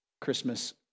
Christmas